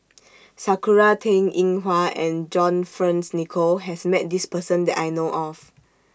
Sakura Teng Ying Hua and John Fearns Nicoll has Met This Person that I know of